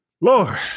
Lord